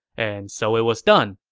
and so it was done